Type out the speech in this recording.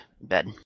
bed